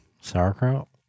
Sauerkraut